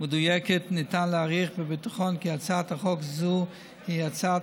מדויקת ניתן להעריך בביטחון כי הצעת חוק זו היא הצעת